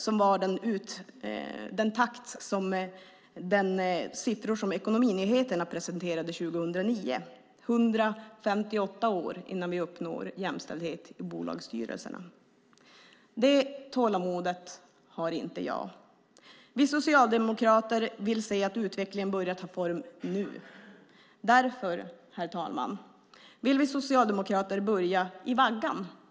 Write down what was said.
Det var de siffror som Ekonominyheterna presenterade 2009. Det tar 158 år innan vi uppnår jämställdhet i bolagsstyrelserna. Det tålamodet har inte jag. Vi socialdemokrater vill se att utvecklingen börjar ta form nu. Därför, herr talman, vill vi socialdemokrater börja i vaggan.